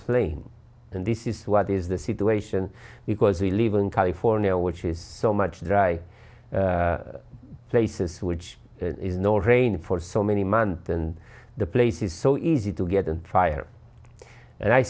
flame and this is what is the situation because we live in california which is so much dry places which is no rain for so many months and the place is so easy to get and fire and i